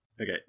Okay